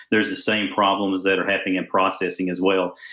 there's the same problems that are happening in processing as well.